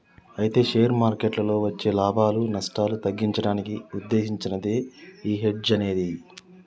అయితే షేర్ మార్కెట్లలో వచ్చే లాభాలు నష్టాలు తగ్గించడానికి ఉద్దేశించినదే ఈ హెడ్జ్ అనేది